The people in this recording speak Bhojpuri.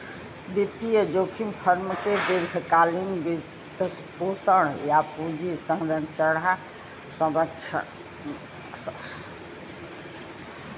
वित्तीय जोखिम फर्म के दीर्घकालिक वित्तपोषण, या पूंजी संरचना के मिश्रण से प्रभावित होला